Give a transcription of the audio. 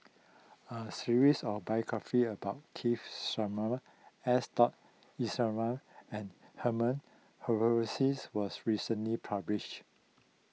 a series of biographies about Keith Simmons S dot Iswaran and Herman was recently published